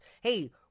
hey